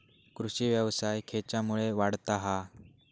कृषीव्यवसाय खेच्यामुळे वाढता हा?